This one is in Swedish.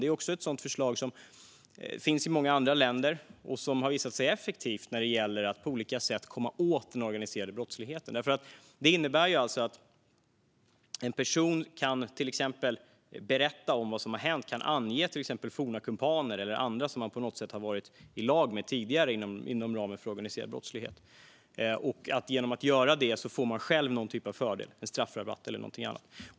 Det är något som finns i många andra länder och som har visat sig effektivt när det gäller att på olika sätt komma åt den organiserade brottsligheten. Det innebär alltså att en person kan berätta om vad som har hänt och till exempel ange forna kumpaner eller andra som man på något sätt varit i lag med tidigare inom ramen för organiserad brottslighet. Genom att göra detta får man själv någon typ av fördel, som straffrabatt eller någonting annat.